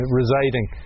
residing